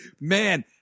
man